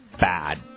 bad